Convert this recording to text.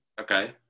Okay